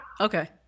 okay